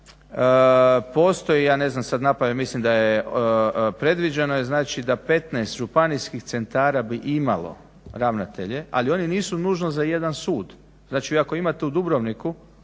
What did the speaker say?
postoji, ja ne znam sad napamet, mislim da je, predviđeno je znači da 15 županijskih centara bi imalo ravnatelje, ali oni nisu nužno za jedan sud, znači vi ako imate u Dubrovniku,